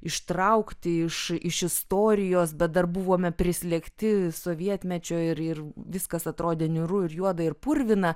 ištraukti iš iš istorijos bet dar buvome prislėgti sovietmečio ir ir viskas atrodė niūru ir juoda ir purvina